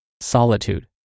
solitude